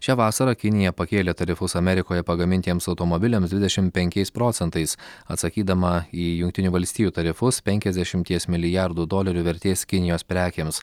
šią vasarą kinija pakėlė tarifus amerikoje pagamintiems automobiliams dvidešim penkiais procentais atsakydama į jungtinių valstijų tarifus penkiasdešimties milijardų dolerių vertės kinijos prekėms